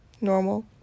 normal